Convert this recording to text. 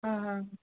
অঁ